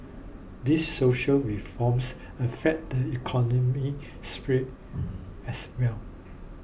these social reforms affect the economic sphere as well